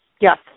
Yes